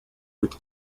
with